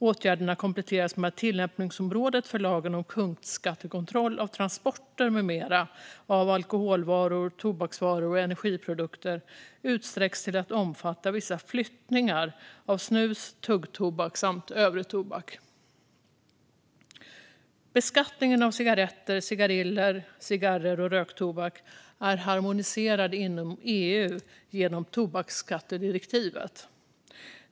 Åtgärderna kompletteras med att tillämpningsområdet för lagen om punktskattekontroll av transporter med mera av alkoholvaror, tobaksvaror och energiprodukter utsträcks till att omfatta vissa flyttningar av snus, tuggtobak samt övrig tobak. Beskattningen av cigaretter, cigariller, cigarrer och röktobak är harmoniserad inom EU genom tobaksskattedirektivet.